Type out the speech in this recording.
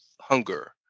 hunger